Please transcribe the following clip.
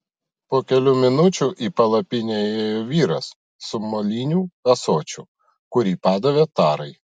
po kelių minučių į palapinę įėjo vyras su moliniu ąsočiu kurį padavė tarai